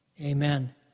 amen